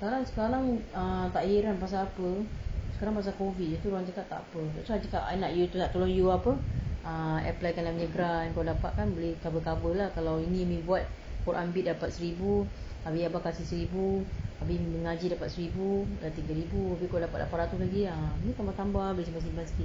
sekarang sekarang err tak hairan pasal apa sekarang pasal COVID jadi dia orang cakap takpe that's why I cakap I nak tolong you apa ah apply kan I punya grant kalau dapat kan boleh cover cover lah kalau ni buat ambil dapat seribu abeh abah kasih seribu abeh mengaji dapat seribu dah tiga ribu abeh kalau dapat lapan ratus lagi ah ni tambah-tambah boleh simpan-simpan sikit